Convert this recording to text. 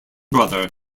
brother